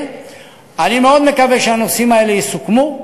אני מאוד מקווה שהנושאים האלה יסוכמו,